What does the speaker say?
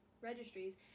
registries